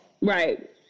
right